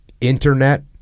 internet